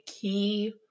key